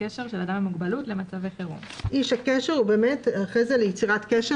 הקשר של אדם עם מוגבלות למצבי חירום," איש הקשר הוא ליצירת קשר,